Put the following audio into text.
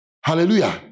Hallelujah